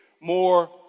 more